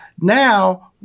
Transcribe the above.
now